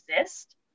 exist